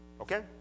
Okay